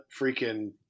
freaking